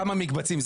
כמה מקבצים?